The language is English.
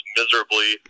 miserably